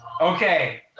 Okay